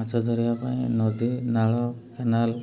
ମାଛ ଧରିବା ପାଇଁ ନଦୀ ନାଳ କେନାଲ